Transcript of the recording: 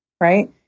right